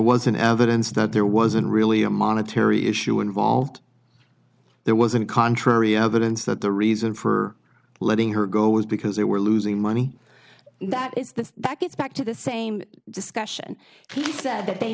was an evidence that there wasn't really a monetary issue involved there wasn't contrary evidence that the reason for letting her go was because they were losing money that is that that gets back to the same discussion he